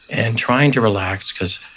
and trying to relax, because,